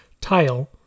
tile